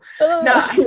No